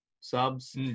subs